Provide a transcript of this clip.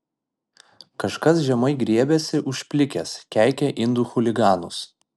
kažkas žemai griebiasi už plikės keikia indų chuliganus